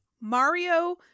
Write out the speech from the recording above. Mario